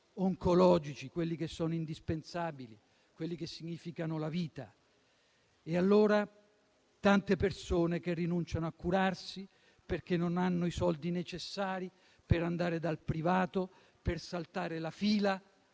oncologici, quelli che sono indispensabili, quelli che significano la vita. Tante persone rinunciano a curarsi perché non hanno i soldi necessari per andare dal privato, per saltare la fila.